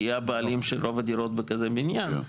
כי היא הבעלים של רוב הדירות בכזה בניין.